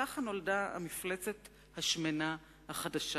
וכך נולדה המפלצת השמנה החדשה.